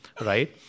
right